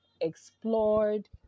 explored